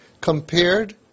compared